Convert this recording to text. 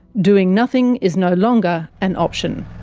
doing nothing is no longer an option.